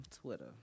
Twitter